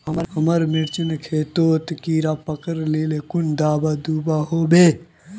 हमार मिर्चन खेतोत कीड़ा पकरिले कुन दाबा दुआहोबे?